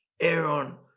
Aaron